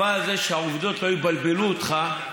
אבל זה שהעובדות לא יבלבלו אותך,